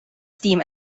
steam